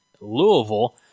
Louisville